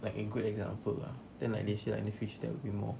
like a good example lah then they said like in future there will be more